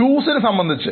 ഷൂസിനെ സംബന്ധിച്ച്